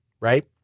right